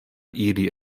ili